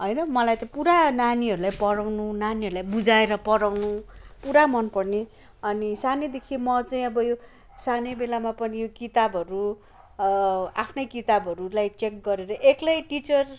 होइन मलाई त पुरा नानीहरूलाई परउनु नानीहरूलाई बुझाएर पढाउनु पुरा मन पर्ने अनि सानैदेखि म चाहिँ अब यो सानै बेलामा पनि किताबहरू आफ्नै किताबहरूलाई चेक गरेर एक्लै टिचर